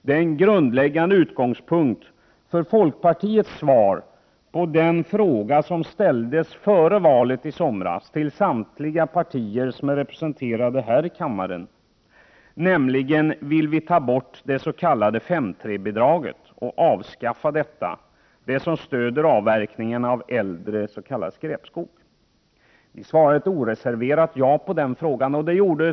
Ett grundläggande svar på den fråga som ställdes före valet i somras till samtliga partier som är representerade här i kammaren, nämligen frågan om vi vill ta bort det s.k. 5:3-bidraget, blev för vår del ett oreserverat ja. Det gällde här alltså det bidrag som stöder avverkning av äldre s.k. skräpskog.